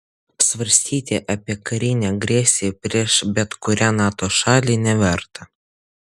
svarstyti apie karinę agresiją prieš bet kurią nato šalį neverta